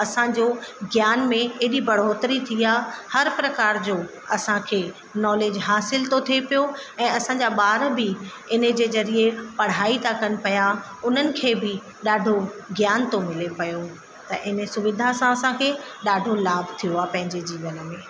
असांजो ज्ञान में एॾी बढ़ोहतरी थी आ्हे हर प्रकार जो असांखे नॉलेज हासिल थो थिए पियो ऐं असांजा ॿार बि इन जे ज़रिए पढ़ाई था कनि पिया उन्हनि खे बि ॾाढो ज्ञान थो मिले पियो त इन सुविधा सां असांखे ॾाढो लाभ थियो आहे पंहिंजे जीवन में